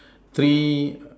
three